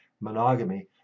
monogamy